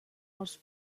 els